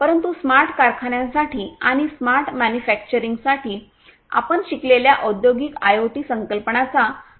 परंतु स्मार्ट कारखान्यांसाठी आणि स्मार्ट मॅन्युफॅक्चरिंगसाठी आपण शिकलेल्या औद्योगिक आयओटी संकल्पनांचा अवलंब करणे आवश्यक आहे